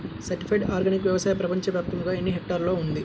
Certified organic వ్యవసాయం ప్రపంచ వ్యాప్తముగా ఎన్నిహెక్టర్లలో ఉంది?